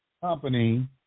Company